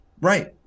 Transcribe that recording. Right